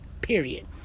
period